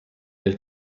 del